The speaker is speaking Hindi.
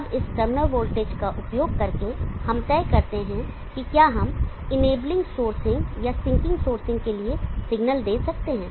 अब इस टर्मिनल वोल्टेज का उपयोग करके हम यह तय करते हैं कि क्या हम इनेबलिंग सोर्सिंग या सिंकिंग सोर्सिंग के लिए सिग्नल दे सकते हैं